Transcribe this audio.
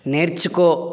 నేర్చుకో